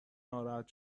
ناراحت